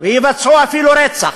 ויבצעו אפילו רצח,